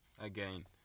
again